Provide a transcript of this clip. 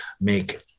make